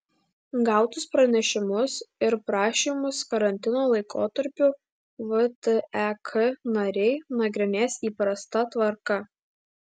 gautus pranešimus ir prašymus karantino laikotarpiu vtek nariai nagrinės įprasta tvarka